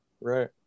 right